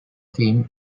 film